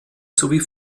sowie